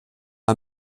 pas